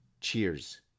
Cheers